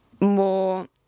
more